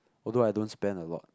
although I don't spend a lot